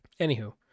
Anywho